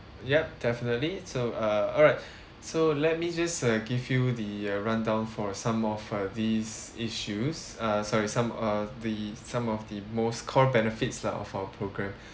yup definitely so uh alright so let me just uh give you the uh rundown for some of uh these issues uh sorry some of the some of the most core benefits lah of our programme